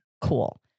Cool